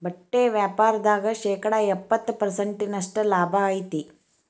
ಬಟ್ಟಿ ವ್ಯಾಪಾರ್ದಾಗ ಶೇಕಡ ಎಪ್ಪ್ತತ ಪರ್ಸೆಂಟಿನಷ್ಟ ಲಾಭಾ ಐತಿ